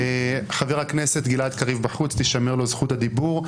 חבר הכנסת גלעד קריב בחוץ, תישמר לו זכות הדיבור.